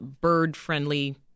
bird-friendly